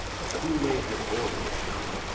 but who may have ordered it done.